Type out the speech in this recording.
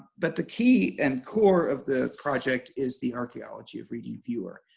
but the key and core of the project is the archeology of reading viewer.